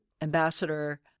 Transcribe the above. ambassador